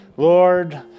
Lord